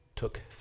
took